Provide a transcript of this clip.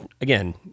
again